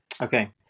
Okay